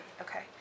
Okay